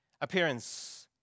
appearance